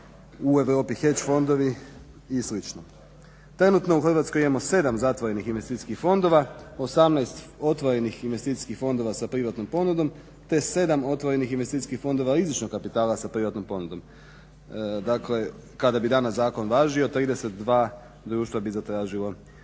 u Europi heč fondovi i slično. Trenutno u Hrvatskoj imamo 7 zatvorenih investicijskih fondova, 18 otvorenih investicijskih fondova sa privatnom ponudom te 7 otvorenih investicijskih fondova rizičnog kapitala sa privatnom ponudom. Dakle kada bi danas zakon važio 32 društva bi zatražilo licencu